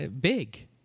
big